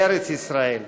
ארץ ישראל.